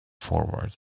forward